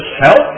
help